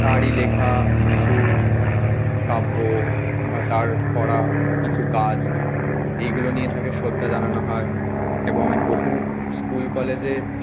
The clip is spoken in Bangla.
তাঁরই লেখা কিছু কাব্য বা তার করা কিছু কাজ এইগুলো নিয়ে তাঁকে শ্রদ্ধা জানানো হয় এবং বহু স্কুল কলেজে